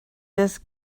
this